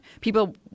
People